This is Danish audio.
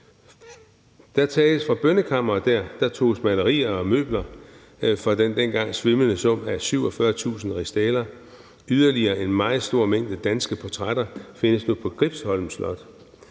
Der blev fra bønnekammeret taget malerier og møbler for den dengang svimlende sum af 47.000 rigsdaler, og yderligere findes der nu en meget stor mængde danske portrætter på Gripsholms Slott.